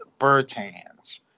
Bertans